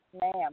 ma'am